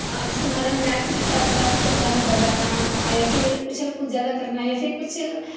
جیسے محرم میں لاٹھی کے ساتھ ساتھ گانا بجانا یا پھر اچھل کود زیادہ کرنا یا پھر کچھ